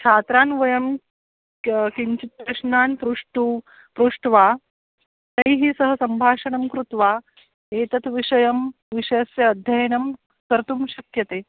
छात्रान् वयं किं किञ्चित् प्रश्नान् प्रष्टुं प्रष्ट्वा तैः सह सम्भाषणं कृत्वा एतत् विषयं विषयस्य अध्ययनं कर्तुं शक्यते